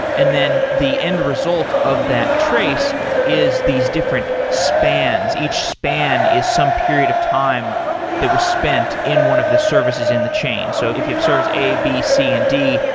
and then the end result of that trace is these different spans. each span is some period of time that was spent in one of the services in the chain. so if you have service a, b, c and d,